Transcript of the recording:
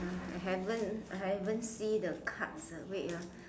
I haven't haven't see the cards wait ah